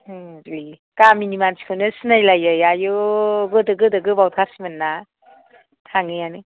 ओं बे गामिनि मानसिखौनो सिनायलायै आयु गोदो गोबावथारसैमोन ना थाङैयानो